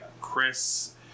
Chris